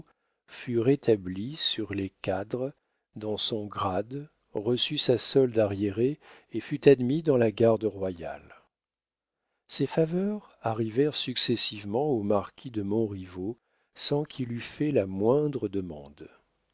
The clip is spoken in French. fut rétabli sur les cadres dans son grade reçut sa solde arriérée et fut admis dans la garde royale ces faveurs arrivèrent successivement au marquis de montriveau sans qu'il eût fait la moindre demande